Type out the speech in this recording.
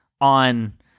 on